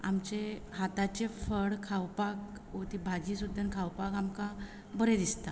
आमचे हाताचें फळ खावपाक ती भाजी सुद्दां खावपाक आमकां बरें दिसता